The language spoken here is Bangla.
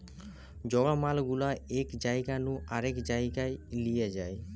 জড় মাল গুলা এক জায়গা নু আরেক জায়গায় লিয়ে যায়